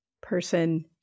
Person